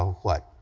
what,